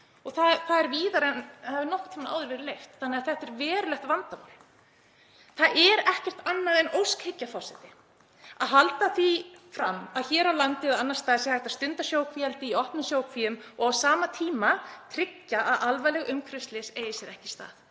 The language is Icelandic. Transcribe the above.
víðar en það hefur nokkurn tímann áður verið leyft. Þannig að þetta er verulegt vandamál. Það er ekkert annað en óskhyggja, forseti, að halda því fram að hér á landi eða annars staðar sé hægt að stunda sjókvíaeldi í opnum sjókvíum og á sama tíma tryggja að alvarleg umhverfisslys eigi sér ekki stað.